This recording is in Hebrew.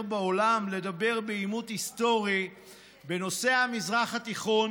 בעולם לדבר בנושא העימות היסטורי במזרח התיכון